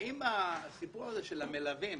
האם הסיפור של המלווים